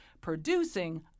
producing